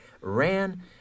ran